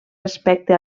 respecte